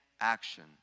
action